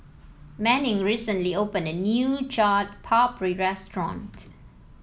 Manning recently opened a new Chaat Papri restaurant